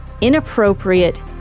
inappropriate